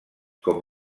com